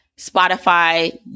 Spotify